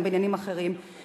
גם בעניינים אחרים,